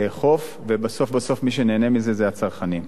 לאכוף, ובסוף מי שנהנה מזה זה הצרכנים.